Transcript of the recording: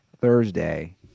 Thursday